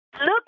Look